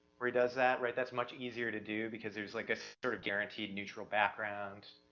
where he does that, right. that's much easier to do because there's like this sort of guarenteed neutral background,